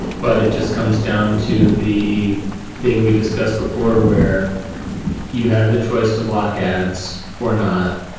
but it just comes down to the thing we discussed before, where you have the choice to block ads or not.